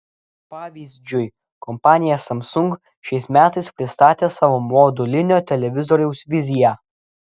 pavyzdžiui kompanija samsung šiais metais pristatė savo modulinio televizoriaus viziją